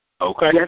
Okay